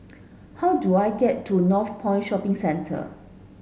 how do I get to Northpoint Shopping Centre